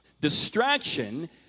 distraction